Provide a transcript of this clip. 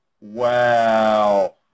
Wow